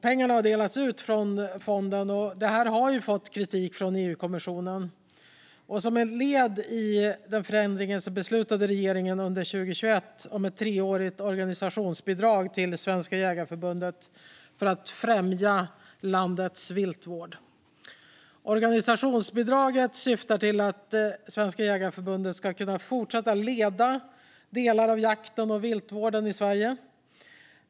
Pengarna har delats ut från fonden, och det har fått kritik från EU-kommissionen. Som ett led i förändringen beslutade regeringen under 2021 om ett treårigt organisationsbidrag till Svenska Jägareförbundet för att främja landets viltvård. Organisationsbidraget syftar till att Svenska Jägareförbundet ska kunna fortsätta att leda delar av jakten och viltvården i Sverige.